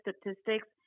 statistics